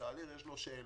יש לו שאלות.